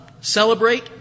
Celebrate